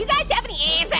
guys have any